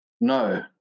No